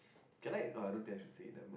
can I uh don't think I should say it nevermind